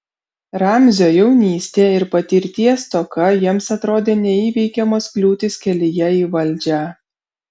ramzio jaunystė ir patirties stoka jiems atrodė neįveikiamos kliūtys kelyje į valdžią